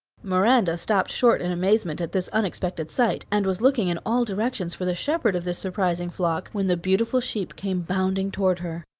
miranda stopped short in amazement at this unexpected sight, and was looking in all directions for the shepherd of this surprising flock, when the beautiful sheep came bounding toward her.